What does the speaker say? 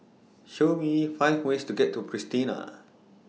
Show Me five ways to get to Pristina